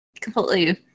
completely